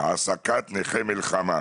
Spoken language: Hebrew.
העסקת נכי מלחמה.